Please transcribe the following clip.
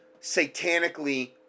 satanically